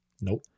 Nope